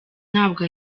ntabwo